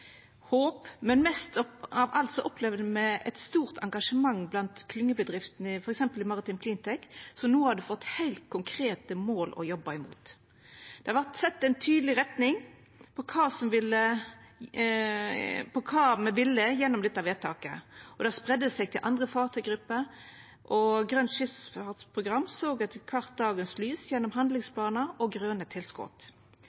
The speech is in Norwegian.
håp, men mest av alt opplevde me eit stort engasjement blant klyngjebedriftene, f.eks. Maritime Cleantech, som no hadde fått heilt konkrete mål å jobba mot. Det vart sett ei tydeleg retning for kva me ville gjennom dette vedtaket. Det spreidde seg til andre fartøygrupper, og Grønt Skipsfartsprogram såg etter kvart dagens lys gjennom